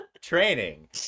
Training